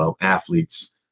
athletes